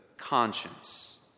conscience